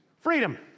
Freedom